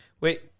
wait